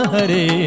Hare